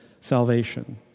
salvation